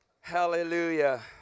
Hallelujah